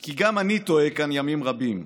כי גם אני תועה כאן ימים רבים.